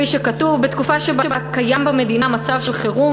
כפי שכתוב: "בתקופה שבה קיים במדינה מצב של חירום